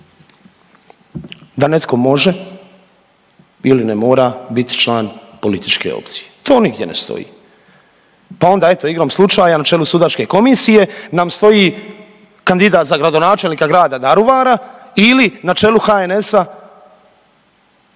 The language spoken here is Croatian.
da netko može ili ne mora biti član političke opcije. To nigdje ne stoji, pa onda igrom slučaja na čelu sudačke komisije nam stoji kandidat za gradonačelnika Grada Daruvara ili na čelu HNS-a